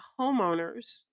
homeowners